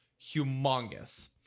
humongous